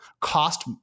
cost